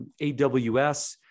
AWS